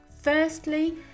firstly